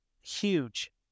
Huge